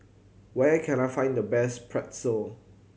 where can I find the best Pretzel